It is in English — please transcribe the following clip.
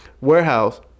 warehouse